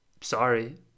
sorry